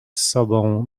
sobą